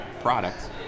products